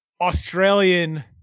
Australian